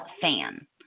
fan